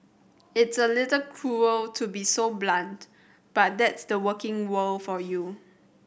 it's a little cruel to be so blunt but that's the working world for you